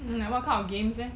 mm like what kind of games leh